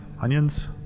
Onions